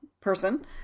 person